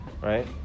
right